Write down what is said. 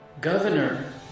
Governor